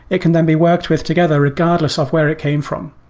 it can then be worked with together regardless of where it came from.